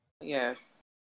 Yes